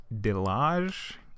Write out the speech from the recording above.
Delage